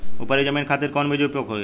उपरी जमीन खातिर कौन बीज उपयोग होखे?